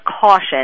caution